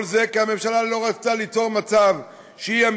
כל זה כי הממשלה לא רצתה ליצור מצב שאי-עמידה